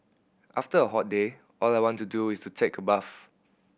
after a hot day all I want to do is take a bath